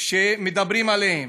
שמדברים עליהם,